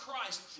Christ